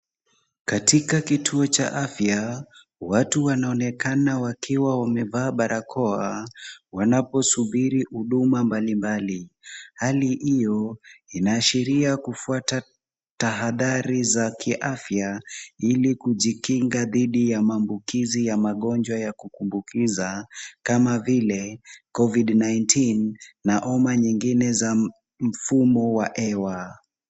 Katika kituo cha afya watu wanaonekana wakiwa wamevaa barakoa wanapo subiri huduma mbalimbali. Hali hiyo, inaashiria kufuata tahadhari za kiafya ili kujikinga dhidi ya maambukizi ya magonjwa ya kuambukiza kama vile, COVID-19 na homa zingine za mfumo wa hewa.